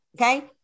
okay